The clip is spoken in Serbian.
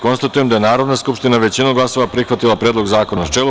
Konstatujem da je Narodna skupština većinom glasova prihvatila Predlog zakona u načelu.